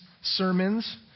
sermons